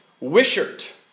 Wishart